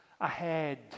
ahead